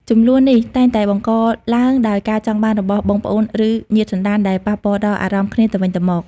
ជម្លោះនេះតែងតែបង្កឡើងដោយការចង់បានរបស់បងប្អូនឬញាតិសន្តានដែលប៉ះពាល់ដល់អារម្មណ៍គ្នាទៅវិញទៅមក។